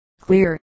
clear